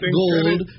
gold